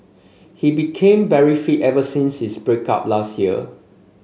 he became very fit ever since his break up last year